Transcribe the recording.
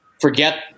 forget